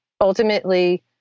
ultimately